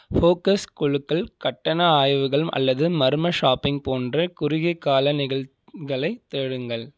focus குழுக்கள் கட்டண ஆய்வுகள் அல்லது மர்ம ஷாப்பிங் போன்ற குறுகிய கால நிகழ்ச்களைத் தேடுங்கள்